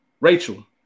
Rachel